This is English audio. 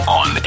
on